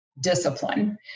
discipline